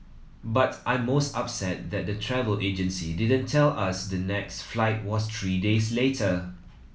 but I'm most upset that the travel agency didn't tell us the next flight was three days later